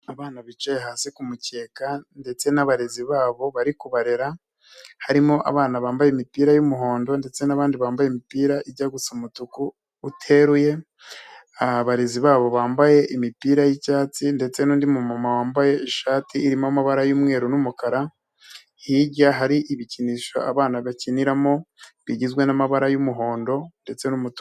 Abana bicaye hasi ku mukeka ndetse n'abarezi babo bari kubarera, harimo abana bambaye imipira y'umuhondo ndetse nabandi bambaye imipira ijya gusa umutuku uteruye, abarezi babo bambaye imipira y'icyatsi ndetse n'undi wambaye ishati irimo amabara y'umweru n'umukara, hirya hari ibikinisho abana bakiniramo bigizwe n'amabara y'umuhondo ndetse n'umutuku.